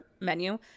menu